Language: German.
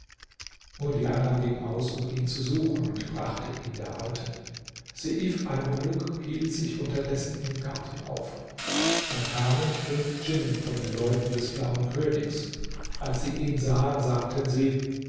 murdjana ging aus um ihn zu suchen und brachte ihn der alten seif almuluk hielt sich unterdessen im garten auf da kamen fünf djinnen von den leuten des blauen königs als sie ihn sahen sagten sie